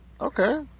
Okay